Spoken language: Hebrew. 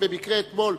במקרה אתמול,